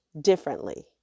differently